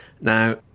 Now